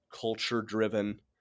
culture-driven